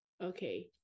Okay